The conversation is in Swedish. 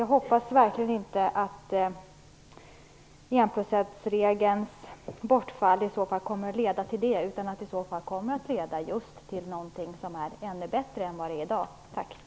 Jag hoppas verkligen att enprocentsregelns bortfall inte kommer att leda till något sådant utan till någonting som är ännu bättre än det som vi har i dag.